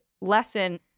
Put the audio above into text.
lesson